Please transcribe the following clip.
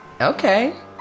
okay